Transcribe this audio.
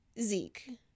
Zeke